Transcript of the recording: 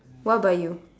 what about you